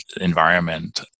environment